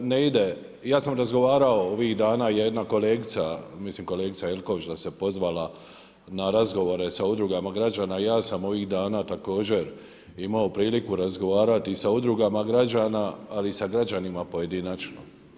Ja sam razgovarao ovih dana, jedna kolegica, mislim kolega Jelkovac da se pozvala na razgovore sa udrugama građana i ja sam ovih dana također imao priliku razgovarati sa udrugama građana, ali i sa građanima pojedinačno.